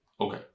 Okay